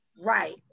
Right